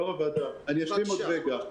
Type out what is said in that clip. יו"ר הוועדה, אשלים עוד רגע.